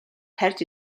тарьж